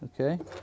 okay